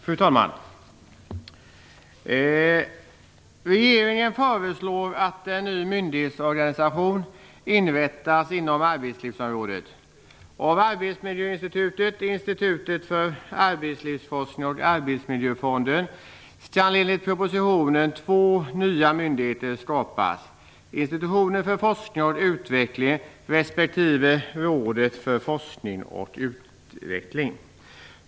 Fru talman! Regeringen föreslår att en ny myndighetsorganisation inrättas inom arbetslivsområdet. Av Arbetsmiljöinstitutet, Institutet för arbetslivsforskning och Arbetsmiljöfonden skall enligt propositionen två nya myndigheter skapas: Institutionen för forskning och utveckling respektive Rådet för forskning och utveckling.